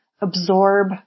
absorb